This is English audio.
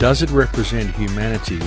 does it represent humanity